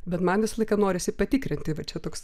bet man visą laiką norisi patikrinti va čia toks